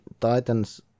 Titans